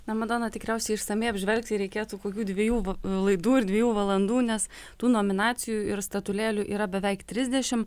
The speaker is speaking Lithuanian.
na madona tikriausiai išsamiai apžvelgti reikėtų kokių dviejų laidų ir dviejų valandų nes tų nominacijų ir statulėlių yra beveik trisdešim